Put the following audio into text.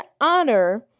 honor